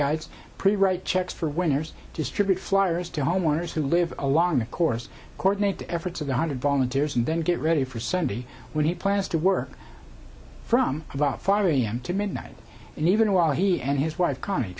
guides pretty write checks for winners distribute flyers to homeowners who live along the course coordinate the efforts of one hundred volunteers and then get ready for sunday when he plans to work from about five a m to midnight and even while he and his wife conn